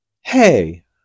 hey